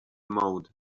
mode